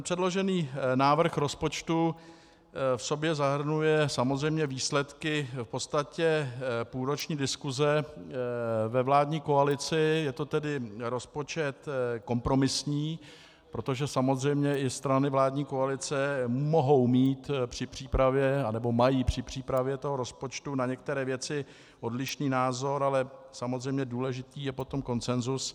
Předložený návrh rozpočtu v sobě zahrnuje samozřejmě výsledky v podstatě půlroční diskuse ve vládní koalici, je to tedy rozpočet kompromisní, protože samozřejmě i strany vládní koalice mohou mít při přípravě, nebo mají při přípravě rozpočtu na některé věci odlišný názor, ale samozřejmě důležitý je potom konsenzus.